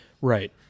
right